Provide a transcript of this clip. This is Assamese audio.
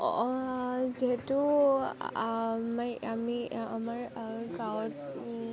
যিহেতু আমি আমি আমাৰ গাৱঁত